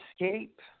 escape